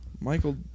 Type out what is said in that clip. Michael